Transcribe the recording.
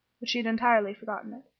but she had entirely forgotten it.